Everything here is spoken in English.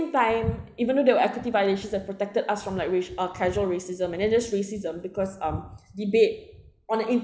time even though the equity violations have protected us from like racial uh casual racism and then this racism because um debate on the inter~